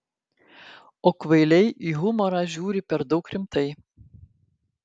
o kvailiai į humorą žiūri per daug rimtai